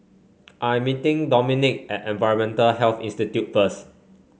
I am meeting Dominik at Environmental Health Institute first